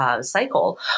cycle